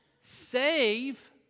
save